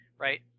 right